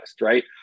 right